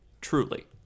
Truly